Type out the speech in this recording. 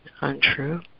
untrue